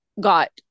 got